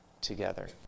together